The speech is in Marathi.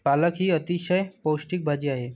पालक ही अतिशय पौष्टिक भाजी आहे